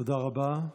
תודה רבה.